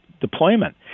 deployment